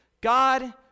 God